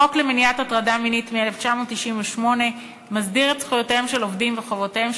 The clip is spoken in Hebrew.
החוק למניעת הטרדה מינית מ-1998 מסדיר את זכויותיהם של עובדים ואת חובותיהם